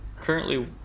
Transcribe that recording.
currently